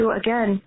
again